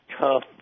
tough